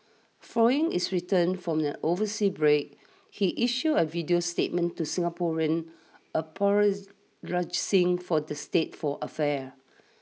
following his return from the overseas break he issued a video statement to Singaporeans apologizing for the state for affairs